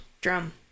Drum